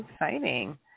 exciting